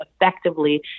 effectively